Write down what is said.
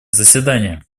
заседания